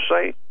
say